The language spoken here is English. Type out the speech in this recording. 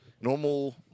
normal